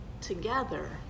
together